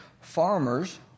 Farmers